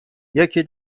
یکی